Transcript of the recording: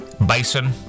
bison